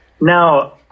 Now